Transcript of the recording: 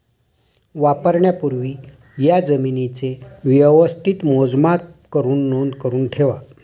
वापरण्यापूर्वी या जमीनेचे व्यवस्थित मोजमाप करुन नोंद करुन ठेवा